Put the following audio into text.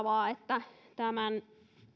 toivottavaa että tämän